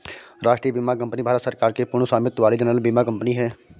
राष्ट्रीय बीमा कंपनी भारत सरकार की पूर्ण स्वामित्व वाली जनरल बीमा कंपनी है